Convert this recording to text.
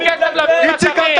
איציק,